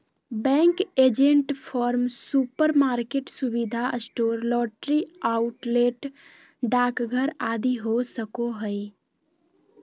bank agent farm, supermarket, सुविधा store, lottery outlet, डाकघर आदि हो सको हइ